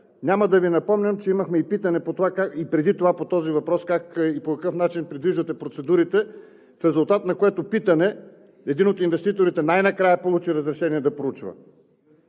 Няма да Ви напомням, че и преди това имахме питане по този въпрос как и по какъв начин придвижвате процедурите, в резултат на което един от инвеститорите най-накрая получи разрешение да проучва.